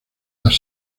las